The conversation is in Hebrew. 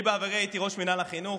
אני בעברי הייתי ראש מינהל החינוך,